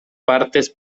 partes